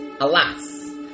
Alas